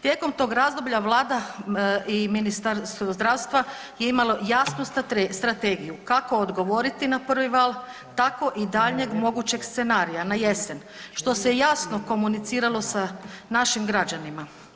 Tijekom tog razdoblja Vlada i ministar zdravstva je imalo jasnu strategiju kako odgovoriti na prvi val, tako i daljnjeg mogućeg scenarija na jesen što se jasno komuniciralo sa našim građanima.